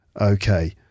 Okay